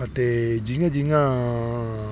ऐ ते जि''यां जियां